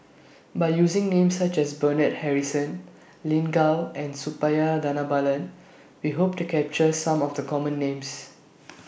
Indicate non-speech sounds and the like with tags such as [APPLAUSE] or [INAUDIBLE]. By using Names such as Bernard Harrison Lin Gao and Suppiah Dhanabalan We Hope to capture Some of The Common Names [NOISE]